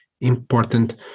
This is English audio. important